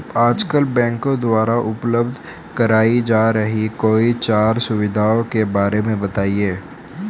आजकल बैंकों द्वारा उपलब्ध कराई जा रही कोई चार सुविधाओं के बारे में बताइए?